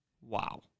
Wow